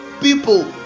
people